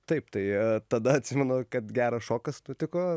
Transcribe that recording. taip tai tada atsimenu kad geras šokas nutiko